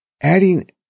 adding